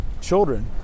children